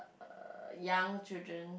uh young children